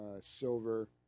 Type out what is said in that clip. silver